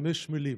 חמש מילים: